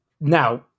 Now-